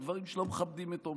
דברים שלא מכבדים את אומרם.